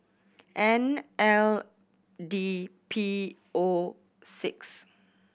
N L D P O six